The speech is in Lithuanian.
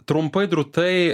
trumpai drūtai